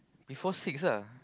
before six ah